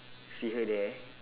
see her there